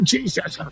Jesus